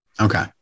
Okay